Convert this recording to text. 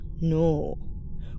no